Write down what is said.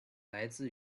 来自